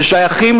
ששייכים